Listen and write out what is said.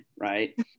Right